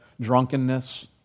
drunkenness